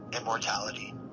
immortality